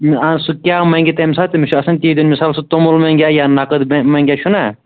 آ سُہ کیٛاہ مَنٛگہِ تَمہِ ساتہٕ تٔمِس چھُ آسان تی دِیُن مِثال سُہ توٚمُل منٛگہِ یا نَقٕد منٛگہِ چھُناہ